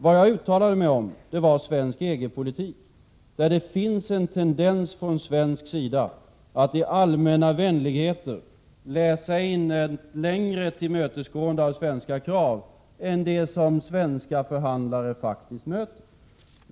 Vad jag uttalade mig om var svensk EG-politik, där det från svensk sida finns en tendens att i allmänna vänligheter läsa in ett längre tillmötesgående av svenska krav än det som svenska förhandlare faktiskt möter.